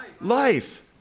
Life